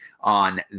on